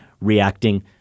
reacting